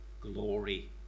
glory